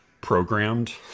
programmed